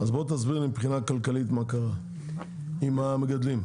אז תסביר לי מבחינה כלכלית מה קרה עם המגדלים.